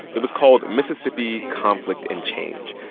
it was called mississippi conflict and change.